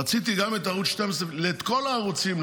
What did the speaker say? רציתי לא לחייב את כל הערוצים.